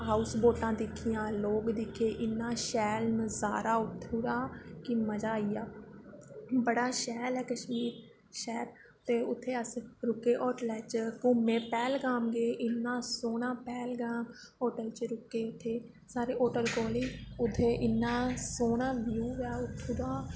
house बोटां दिक्खियां लोग दिक्खे इन्ना शैल सारा उत्थूं दा कि मजा आई गेआ बड़ा शैल ऐ कश्मीर शैह्र ते उत्थें अस रुके होटलै च घूमे पैह्लगाम गे इन्ना सोह्ना पैह्लगाम होटल च रुके उत्थें साढ़े होटल कोल ही उत्थें इन्ना सोह्ना व्यू ऐ उत्थूं दा